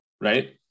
right